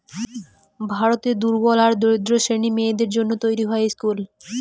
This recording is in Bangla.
ভারতের দুর্বল আর দরিদ্র শ্রেণীর মেয়েদের জন্য তৈরী হয় স্কুল